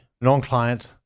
non-client